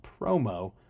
Promo